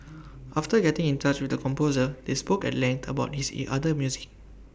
after getting in touch with the composer they spoke at length about his E other music